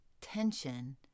tension